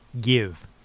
give